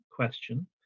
Question